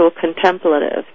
contemplative